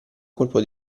colpo